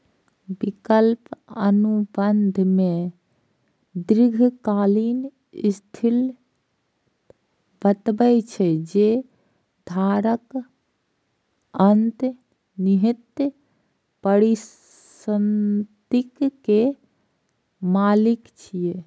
विकल्प अनुबंध मे दीर्घकालिक स्थिति बतबै छै, जे धारक अंतर्निहित परिसंपत्ति के मालिक छियै